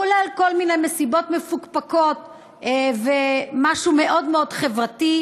כולל כל מיני מסיבות מפוקפקות ומשהו מאוד מאוד חברתי.